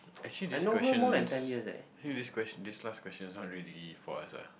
actually this question's actually this question this last question is not really for us ah